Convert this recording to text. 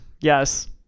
yes